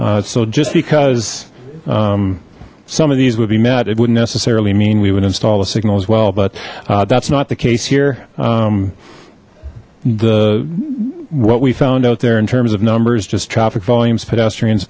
so just because some of these would be met it wouldn't necessarily mean we would install a signal as well but that's not the case here the what we found out there in terms of numbers just traffic volumes pedestrians